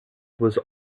was